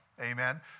amen